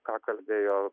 ką kalbėjo